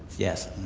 yes.